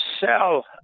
sell